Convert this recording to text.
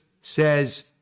says